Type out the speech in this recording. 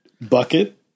bucket